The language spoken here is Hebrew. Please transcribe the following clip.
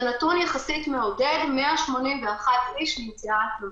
זה נתון יחסית מעודד, 181 איש נמצאה התאמה.